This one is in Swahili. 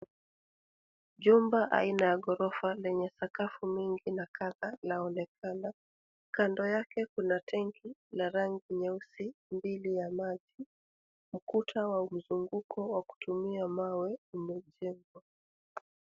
Jumba aina ya ghorofa lenye sakafu mingi inaonekana. Kando yake kuna tenki la rangi nyeusi mbili ya maji, ukuta wa mzunguko wa kutumia mawe umejengwa.